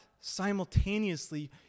simultaneously